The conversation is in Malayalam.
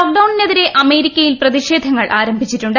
ലോക്ഡൌണിനെതിരെ അമേരിക്കയിൽ പ്രതിഷേധങ്ങൾ ആരംഭിച്ചിട്ടുണ്ട്